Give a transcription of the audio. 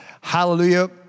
Hallelujah